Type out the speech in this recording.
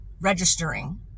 registering